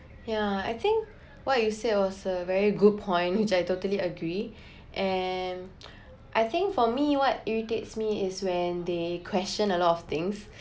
yeah I think what you said was a very good point which I totally agree and I think for me what irritates me is when they question a lot of things